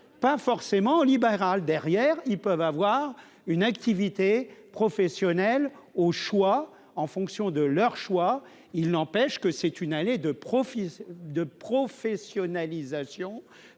pas forcément libéral derrière, ils peuvent avoir une activité professionnelle au choix en fonction de leur choix, il n'empêche que c'est une année de profit de professionnalisation